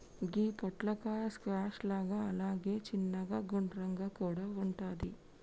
గి పొట్లకాయ స్క్వాష్ లాగా అలాగే చిన్నగ గుండ్రంగా కూడా వుంటది